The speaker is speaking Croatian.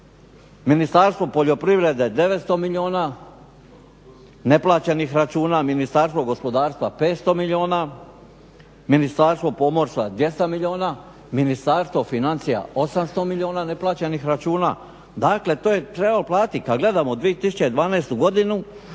Ministarstvo poljoprivrede 900 milijuna neplaćenih računa, Ministarstvo gospodarstva 500 milijuna, Ministarstvo pomorstva 200 milijuna, Ministarstvo financija 800 milijuna neplaćenih računa. Dakle, to je trebalo platiti. I kad gledamo 2012. godinu